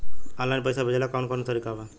Online पइसा भेजेला कवन कवन तरीका बा?